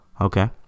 Okay